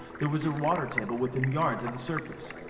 there was a water table within yards of the surface.